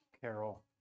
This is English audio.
Carol